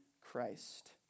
Christ